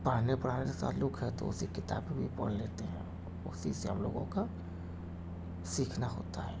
پڑھنے پڑھانے سے تعلق ہے تو اسی کتاب میں پڑھ لیتے ہیں اسی سے ہم لوگوں کا سیکھنا ہوتا ہے